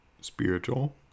spiritual